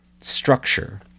structure